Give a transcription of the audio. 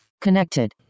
Connected